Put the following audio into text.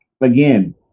again